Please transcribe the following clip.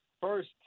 first